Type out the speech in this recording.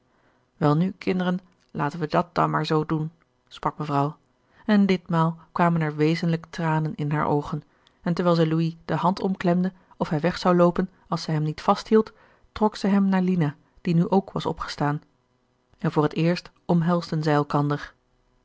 welnu kinderen laten we dat dan maar zoo doen sprak mevrouw en ditmaal kwamen er wezenlijk tranen in hare oogen en terwijl zij louis de hand omklemde of hij weg zou loopen als zij hem niet vasthield trok zij hem naar lina die nu ook was opgestaan en voor het eerst omhelsden zij elkander